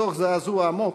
מתוך זעזוע עמוק,